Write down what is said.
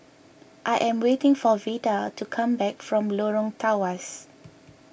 I am waiting for Vida to come back from Lorong Tawas